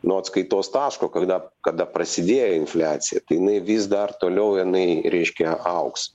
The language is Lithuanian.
nuo atskaitos taško kada kada prasidėjo infliacija tai jinai vis dar toliau jinai reiškia augs